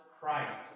Christ